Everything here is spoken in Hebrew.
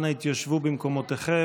אנא התיישבו במקומותיכם.